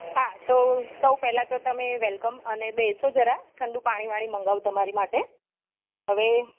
હા તો સૌ પહેલાં તો તમે વૅલકમ અને બેસો જરા ઠંડુ પાણી વાણી મગાવું તમારી માટે હવે